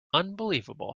unbelievable